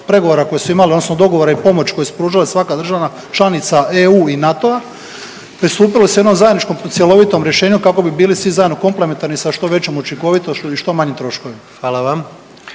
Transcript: pregovora koji su imali odnosno dogovora i pomoć koju su pružala svaka država članica EU i NATO-a pristupilo se jednom zajedničkom cjelovitom rješenju kako bi bili svi zajedno komplementarni sa što većoj učinkovitošću i što manjim troškovima.